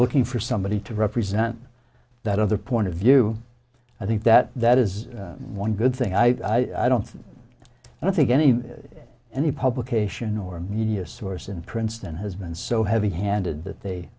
looking for somebody to represent that other point of view i think that that is one good thing i don't think and i think any any publication or media source in princeton has been so heavy handed that they